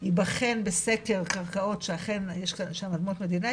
ייבחן בסקר קרקעות שאכן יש שמה אדמות מדינה,